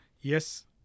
yes